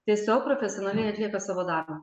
tiesiog profesionaliai atlieka savo darbą